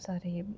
సరే